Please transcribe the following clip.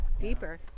deeper